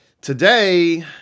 Today